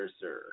sir